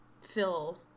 fill